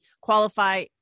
qualify